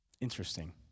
Interesting